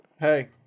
Hey